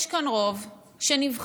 יש כאן רוב שנבחר,